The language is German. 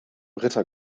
ritter